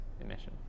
emission